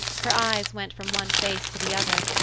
her eyes went from one face to the other,